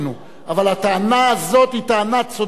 אבל הטענה הזאת היא טענה צודקת ביותר.